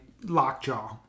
Lockjaw